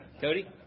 Cody